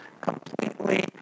completely